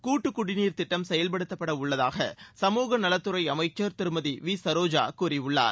கூட்டுக்குடிநீர் திட்டம் செயல்படுத்தப் படவுள்ளதாக சமூகநலத்துறை அமைச்சர் திருமதி விசரோஜா கூறியுள்ளார்